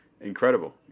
Incredible